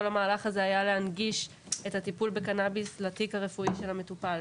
כל המהלך הזה היה כדי להנגיש את הטיפול בקנביס לתיק הרפואי של המטופל.